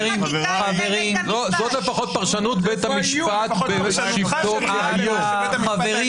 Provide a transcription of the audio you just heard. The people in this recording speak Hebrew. --- זאת לפחות פרשנות בית המשפט בשבתו ------ חברים.